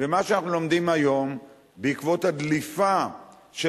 ומה שאנחנו לומדים היום בעקבות הדליפה של